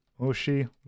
Oshi